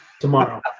tomorrow